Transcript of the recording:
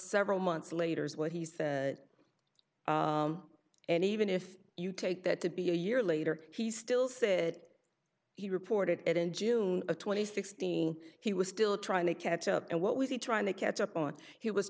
several months later is what he said and even if you take that to be a year later he still said he reported it in june twenty sixth he he was still trying to catch up and what was he trying to catch up on he was